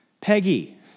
Peggy